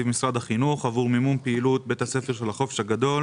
משרד החינוך עבור מימון פעילות בית הספר של החופש הגדול,